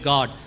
God